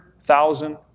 thousand